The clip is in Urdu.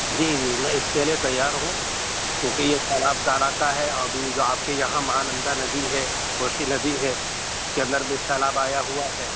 جی جی میں اس کے لیے تیار ہوں کیونکہ یہ سیلاب کا علاقہ ہے اور ابھی جو آپ کے یہاں مہانندا ندی ہے کوسی ندی ہے اس کے اندر بھی سیلاب آیا ہوا ہے